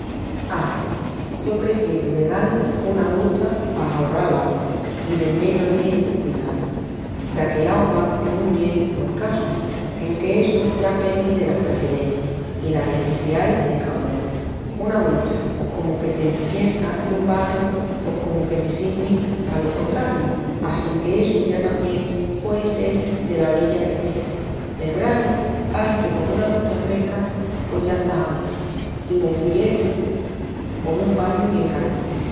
Ave, yo prefieru de dal-mi una ducha pa ahorral agua i del meyu ambienti cudial, ya que l'augua es un bien mu escassu, enque essu ya pendi delas preferenciás i las nesseciais de caúna. Una ducha pos comu que te dispierta i un bañu pos comu me sirvi palo contrariu assinque essu ya tamién puei sel dela orilla que estea. Nel branu pahi que con una ducha fresca pos ya estás aviá. I nel inviernu pos un bañu bien calienti.